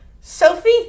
Sophie